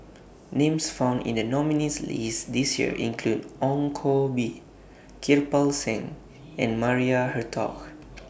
Names found in The nominees' list This Year include Ong Koh Bee Kirpal Singh and Maria Hertogh